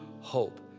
hope